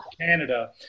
Canada